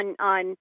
on